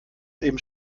eben